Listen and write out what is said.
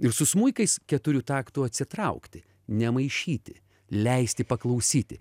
ir su smuikais keturių taktų atsitraukti nemaišyti leisti paklausyti